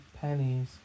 pennies